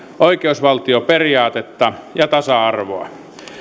oikeusvaltioperiaatetta ja tasa arvoa